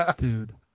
Dude